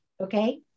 okay